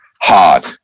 hard